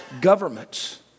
Governments